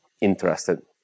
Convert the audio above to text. interested